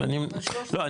לא,